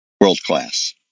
world-class